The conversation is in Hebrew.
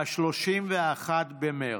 ב-31 במרץ.